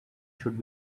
should